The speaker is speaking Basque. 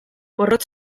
porrot